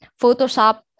Photoshop